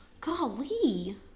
Golly